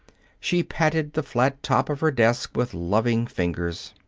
she patted the flat top of her desk with loving fingers.